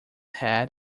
head